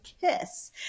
kiss